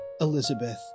Elizabeth